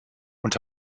und